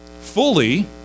fully